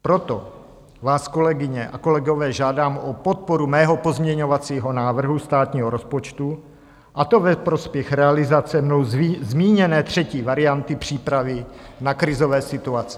Proto vás, kolegyně a kolegové, žádám o podporu svého pozměňovacího návrhu státního rozpočtu, a to ve prospěch realizace mnou zmíněné třetí varianty přípravy na krizové situace.